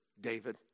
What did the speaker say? David